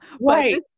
Right